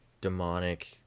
demonic